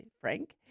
Frank